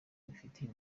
bifitiye